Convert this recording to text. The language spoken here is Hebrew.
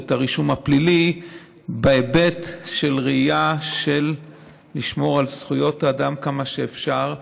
ואת הרישום הפלילי בהיבט של ראייה של לשמור על זכויות האדם כמה שאפשר.